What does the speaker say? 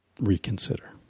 Reconsider